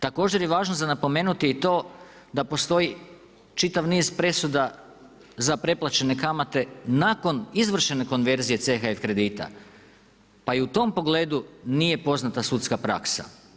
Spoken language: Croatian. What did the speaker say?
Također je važno za napomenuti i to da postoji čitav niz presuda za preplaćene kamate nakon izvršene konverzije CHF kredita, pa i u tom pogledu nije poznata sudska praksa.